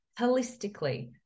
holistically